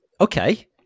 Okay